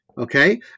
okay